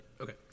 okay